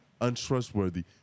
untrustworthy